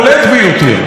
המרכזי,